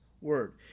word